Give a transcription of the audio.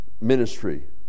ministry